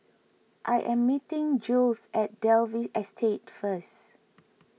I am meeting Jules at Dalvey Estate first